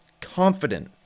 confident